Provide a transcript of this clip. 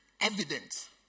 evidence